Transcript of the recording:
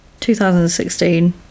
2016